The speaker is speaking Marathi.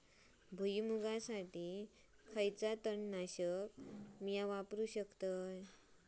भुईमुगासाठी खयला तण नाशक मी वापरू शकतय?